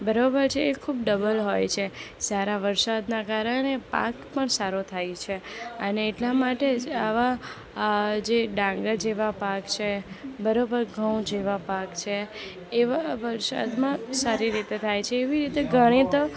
બરાબર છે એ ખૂબ ડબલ હોય છે સારા વરસાદનાં કારણે પાક પણ સારો થાય છે અને એટલા માટે જ આવા જે ડાંગર જેવા પાક છે બરાબર ઘઉં જેવા પાક છે એવા વરસાદમાં સારી રીતે થાય છે એવી રીતે ગણીએ તો